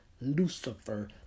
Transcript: Lucifer